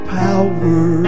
power